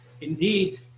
indeed